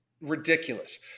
ridiculous